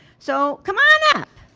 so come on up.